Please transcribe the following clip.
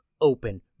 open